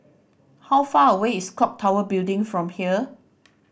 how far away is Clock Tower Building from here